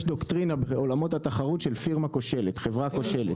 יש דוקטרינה בעולמות התחרות של פירמה כושלת חברה כושלת,